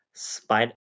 spider